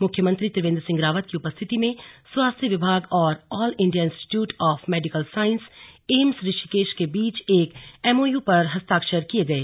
मुख्यमंत्री त्रिवेंद्र सिंह रावत की उपस्थिति में स्वास्थ्य विभाग और all India institute of medical science AIIMS Rishikesh के बीच एक एमओयू पर हस्ताक्षर किए गए